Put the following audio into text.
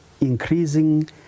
increasing